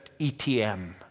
ETM